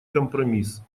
компромисс